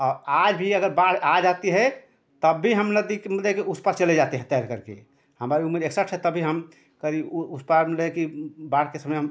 औ आज भी अगर बाढ़ आ जाती है तब भी हम नदी के मतलब कि उस पार चले जाते हैं तैर करके हमारी उम्र एकसठ है तब भी हम करीब ऊ उस पार मतलब कि बाढ़ के समय हम